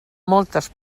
moltes